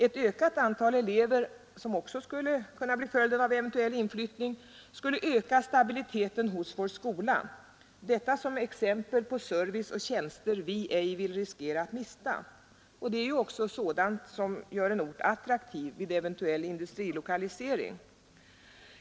Ett ökat antal elever, som också skulle bli följden av en eventuell inflyttning, skulle öka stabiliteten hos vår skola. Detta som exempel på service och tjänster som vi inte vill riskera att mista. Det är ju också sådant som gör en ort attraktiv vid eventuell industrilokalisering.